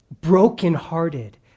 brokenhearted